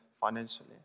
financially